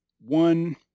one